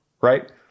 right